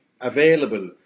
available